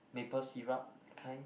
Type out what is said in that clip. maple syrup that kind